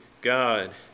God